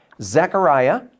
Zechariah